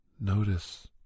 notice